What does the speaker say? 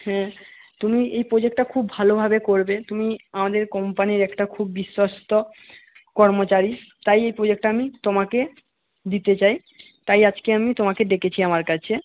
হ্যাঁ তুমি এই প্রোজেক্টটা খুব ভালোভাবে করবে তুমি আমাদের কোম্পানির একটা খুব বিশ্বস্ত কর্মচারী তাই এই প্রোজেক্টটা আমি তোমাকে দিতে চাই তাই আজকে আমি তোমাকে ডেকেছি আমার কাছে